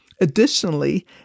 Additionally